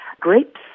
Grapes